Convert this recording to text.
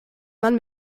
man